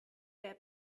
wer